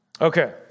Okay